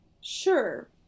sure